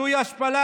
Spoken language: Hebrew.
זוהי השפלה.